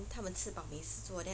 他们吃饱没事做